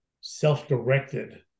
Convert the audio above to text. self-directed